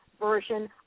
version